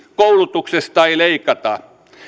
koulutuksesta ei leikata